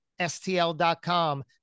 stl.com